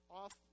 off